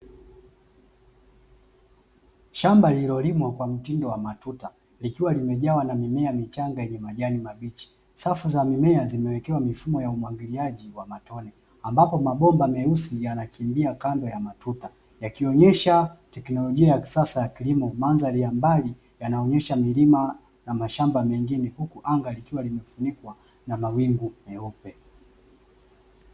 Shamba lililolimwa kwa mtindo wa matuta, likiwa limejaa na mimea michanga yenye majani mabichi. Safu za mimea zimewekewa mifumo ya umwagiliaji wa matone, ambapo mabomba meusi yanakimbia kando ya matuta yakionyesha teknolojia ya kisasa ya kilimo. Mandhari ya mbali yanaonyesha milima na mashamba mengine, huku anga likiwa limefunikwa na mawingu meupe.